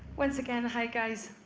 once again, hi, guys.